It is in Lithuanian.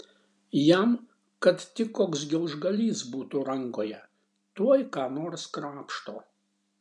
jam kad tik koks gelžgalys būtų rankoje tuoj ką nors krapšto